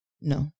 No